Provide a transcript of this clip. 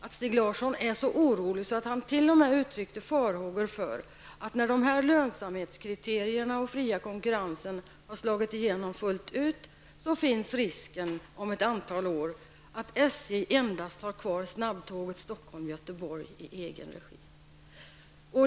Stig Larsson är så orolig att han t.o.m. har uttryckt farhågor för att SJ, när dessa lönsamhetskriterier och den fria konkurrensen har slagit igenom fullt ut, om ett antal år, endast har kvar snabbtåget Stockholm--Göteborg i egen regi.